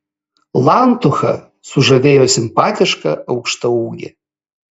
lantuchą sužavėjo simpatiška aukštaūgė